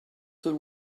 would